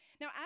Now